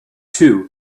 too